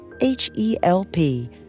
H-E-L-P